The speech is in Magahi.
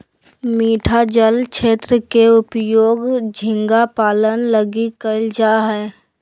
मीठा जल क्षेत्र के उपयोग झींगा पालन लगी कइल जा हइ